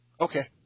Okay